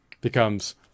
becomes